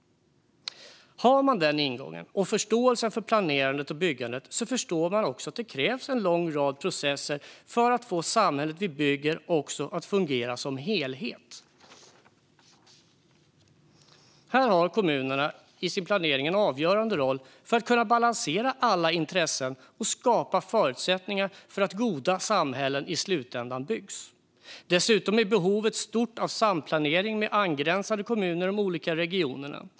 Har man den ingången och förståelsen för planerandet och byggandet förstår man också att det krävs en lång rad processer för att få samhället vi bygger att också fungera som helhet. Här har kommunerna i sin planering en avgörande roll för att kunna balansera alla intressen och skapa förutsättningar för att goda samhällen i slutändan byggs. Dessutom är behovet stort av samplanering med angränsande kommuner i de olika regionerna.